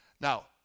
Now